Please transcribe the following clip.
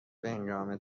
بههنگام